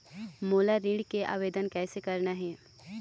मोला ऋण के आवेदन कैसे करना हे?